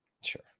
Sure